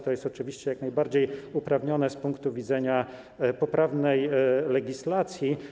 To jest oczywiście jak najbardziej uprawnione z punktu widzenia poprawnej legislacji.